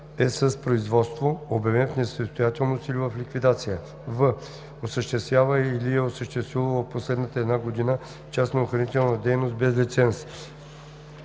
е в производство/обявен в несъстоятелност или в ликвидация; в) осъществява или е осъществявало в последната една година частна охранителна дейност без лиценз;